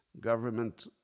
government